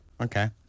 Okay